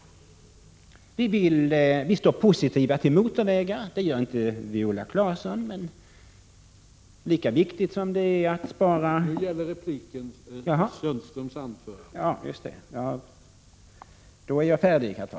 Vi är positiva till motorvägar. Det är inte Viola Claessons parti, men till den saken får jag återkomma i annat sammanhang.